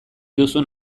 duzun